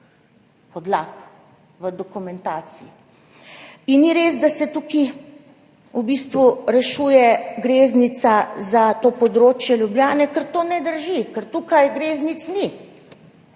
podlag v dokumentaciji. Ni res, da se tukaj v bistvu rešuje greznica za to področje Ljubljane, ker to ne drži, ker tukaj greznic ni.